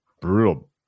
Brutal